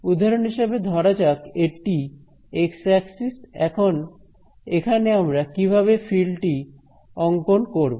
উদাহরণ হিসেবে ধরা যাক এটি এক্স অ্যাক্সিস এখন এখানে আমরা কিভাবে ফিল্ড টি অঙ্কন করব